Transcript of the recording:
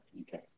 Okay